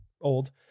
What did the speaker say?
old